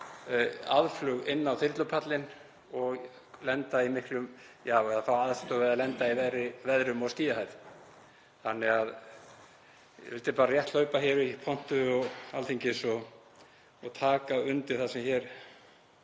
aðflug inn á þyrlupallinn og fá aðstoð við að lenda í verri veðrum og skýjahæð. Þannig að ég vildi bara rétt hlaupa hér upp í pontu Alþingis og taka undir það sem hér